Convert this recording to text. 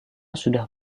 sudah